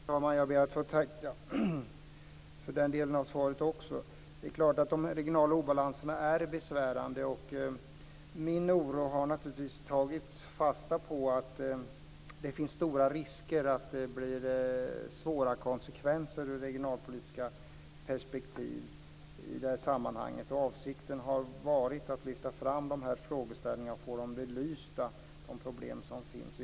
Fru talman! Jag ber att få tacka också för den delen av svaret. Det är klart att de regionala obalanserna är besvärliga. Min oro gäller att det finns stora risker för att det blir svåra konsekvenser ur ett regionalpolitiskt perspektiv. Min avsikt har varit att lyfta fram dessa frågeställningar och få de problem som finns belysta.